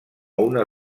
una